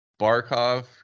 Barkov